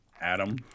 Adam